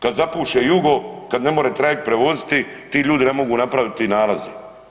Kad zapuše jugo, kad ne more trajekt prevoziti, ti ljudi ne mogu napraviti nalaze.